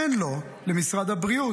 אין לו למשרד הבריאות,